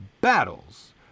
battles